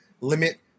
limit